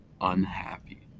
unhappy